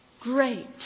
great